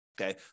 Okay